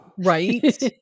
Right